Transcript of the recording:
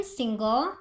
single